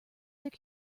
there